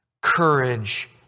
courage